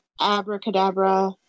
abracadabra